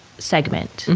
segment.